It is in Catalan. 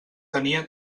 tenia